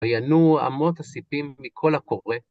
וינועו אמות הסיפים מקול הקורא.